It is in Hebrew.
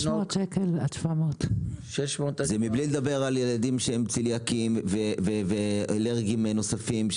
600 שקל עד 700. בלי לדבר על ילדים שהם צליאקים ואלרגנים נוספים.